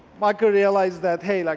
michael realizes that hey, like